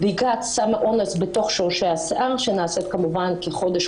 בדיקת סם האונס בתוך שורשי השיער שנעשית כמובן כחודש,